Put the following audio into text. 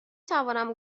توانم